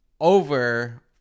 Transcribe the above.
over